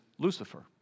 Lucifer